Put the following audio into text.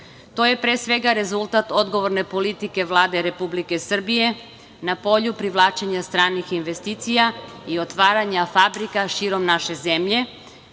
je, pre svega, rezultat odgovorne politike Vlade Srbije na polju privlačenja stranih investicija i otvaranja fabrika širom naše zemlje,